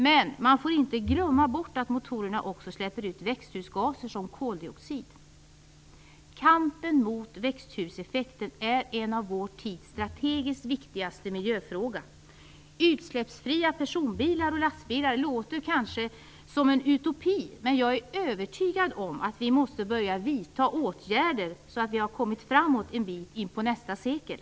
Men man får inte glömma bort att motorerna också släpper ut växthusgaser såsom koldioxid. Kampen mot växthuseffekten är en av vår tids strategiskt viktigaste miljöfråga. Utsläppsfria personbilar och lastbilar låter kanske som en utopi, men jag är övertygad om att vi måste börja vidta åtgärder så att vi har kommit framåt en bit in på nästa sekel.